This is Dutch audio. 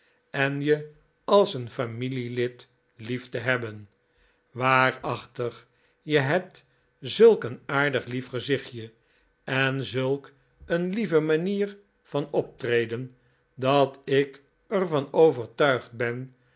en je als een familielid lief te hebben waarachtig je hebt zulk een aardig lief gezichtje en zulk een lieve manier van optreden dat ik er van overtuigd ben